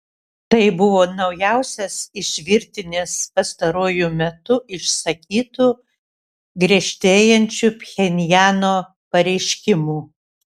tai buvo naujausias iš virtinės pastaruoju metu išsakytų griežtėjančių pchenjano pareiškimų